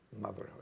motherhood